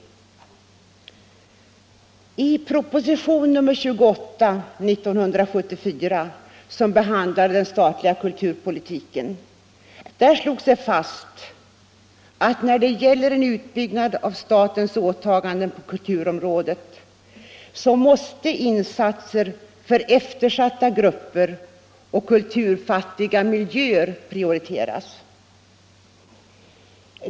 I propositionen 28 år 1974, som behandlade den statliga kulturpolitiken, slogs det fast att när det gäller en utvidgning av statens åtaganden på kulturområdet måste insatser för eftersatta grupper och kulturfattiga miljöer prioriteras.